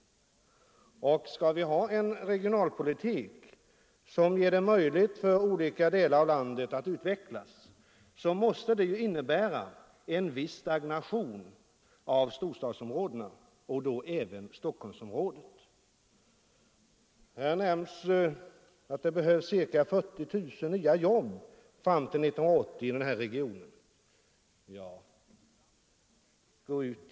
Skall vi ha en regionalpolitik som gör det möjligt för olika delar av landet att utvecklas, måste det innebära en viss stagnation i storstadsområdena, även i Stockholmsområdet. Här sägs att det behövs 40 000 nya jobb i denna region fram till 1980.